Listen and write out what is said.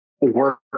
work